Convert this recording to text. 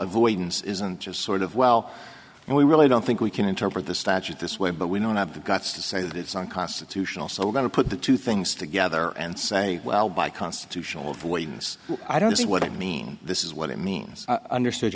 avoidance isn't just sort of well we really don't think we can interpret the statute this way but we don't have the guts to say that it's unconstitutional so we're going to put the two things together and say well by constitutional voidness i don't know what i mean this is what it means underst